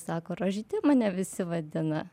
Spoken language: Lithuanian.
sako rožyte mane visi vadina